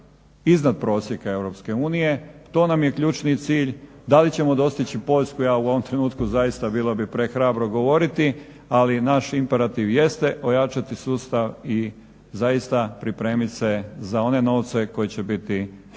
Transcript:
iznad prosjeka EU. To nam je ključni cilj. Da li ćemo dostići Poljsku ja u ovom trenutku zaista bilo bi prehrabro govoriti, ali naši imperativ jeste ojačati sustav i zaista pripremi se za one novce koji će biti vrlo,